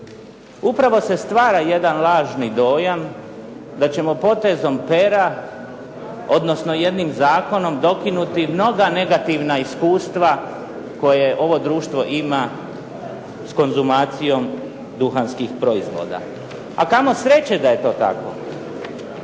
upravo se stvara jedan lažni dojam da ćemo potezom pera, odnosno jednim zakonom dokinuti mnoga negativna iskustva koje ovo društvo ima s konzumacijom duhanskih proizvoda, a kamo sreće da je to tako.